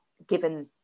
Given